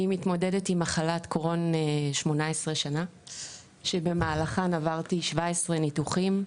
אני מתמודדת עם מחלת קרוהן 18 שנה שבמהלכן עברתי 17 ניתוחים,